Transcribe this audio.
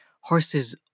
horses